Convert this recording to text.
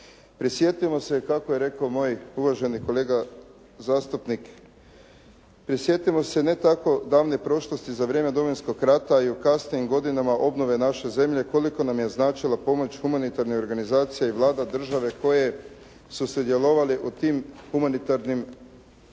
Prisjetimo se kako je rekao moj uvaženi kolega zastupnik, prisjetimo se ne tako davne prošlosti za vrijeme Domovinskog rata i u kasnijim godinama obnove naše zemlje koliko nam je značila pomoć humanitarnih organizacija i Vlada države koje su sudjelovale u tim humanitarnim aktivnostima.